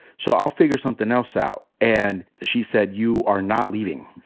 so i'll figure somethin' else out. and she said, you are not leaving.